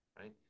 right